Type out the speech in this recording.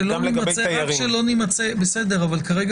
כרגע